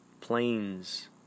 planes